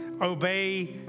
obey